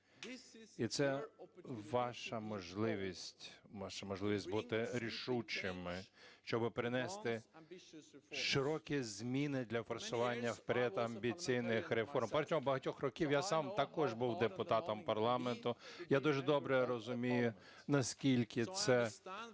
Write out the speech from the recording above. ваша можливість бути рішучими, щоб принести широкі зміни для просування вперед амбіційних реформ. Протягом багатьох років я сам також був депутатом парламенту. Я дуже добре розумію, наскільки це